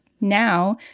now